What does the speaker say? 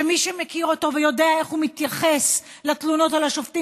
שמי שמכיר אותו ויודע איך הוא מתייחס לתלונות על השופטים